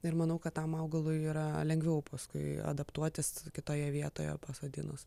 ir manau kad tam augalui yra lengviau paskui adaptuotis kitoje vietoje pasodinus